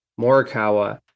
Morikawa